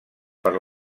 per